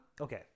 Okay